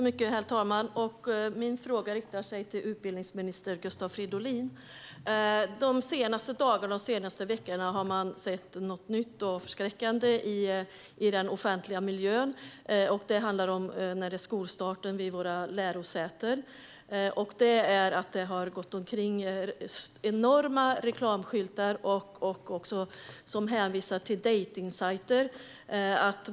Herr talman! Min fråga riktar sig till utbildningsminister Gustav Fridolin. De senaste dagarna och veckorna har man sett något nytt och förskräckande i den offentliga miljön i samband med skolstarten vid våra lärosäten. Det har åkt omkring enorma reklamskyltar som hänvisar till dejtingsajter.